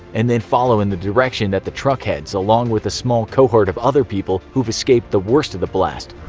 and then follow in the direction that the truck heads, along with a small cohort of other people who've escaped the worst of the blast.